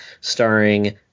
starring